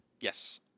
Yes